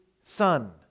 Son